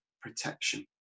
protection